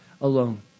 alone